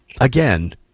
Again